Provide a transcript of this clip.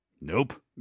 Nope